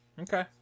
Okay